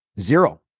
Zero